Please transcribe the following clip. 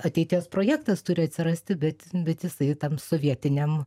ateities projektas turi atsirasti bet bet jisai tam sovietiniam